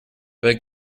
but